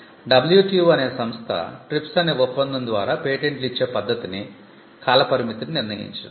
WTO అనే సంస్థ TRIPS అనే ఒప్పందం ద్వారా పేటెంట్లు ఇచ్చే పద్ధతిని కాల పరిమితిని నిర్ణయించింది